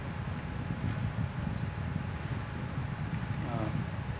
uh